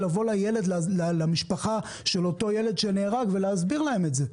לבוא למשפחה של אותו ילד שנהרג ולהסביר להם את זה.